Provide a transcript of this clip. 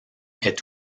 est